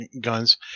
guns